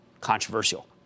controversial